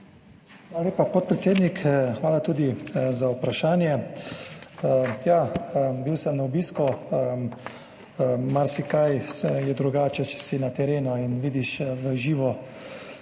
Hvala lepa, podpredsednik. Hvala tudi za vprašanje. Ja, bil sem na obisku, marsikaj je drugače, če si na terenu in vidiš v živo,